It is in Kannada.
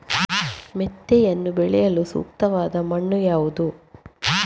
ಮೆಂತೆಯನ್ನು ಬೆಳೆಯಲು ಸೂಕ್ತವಾದ ಮಣ್ಣು ಯಾವುದು?